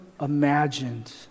imagined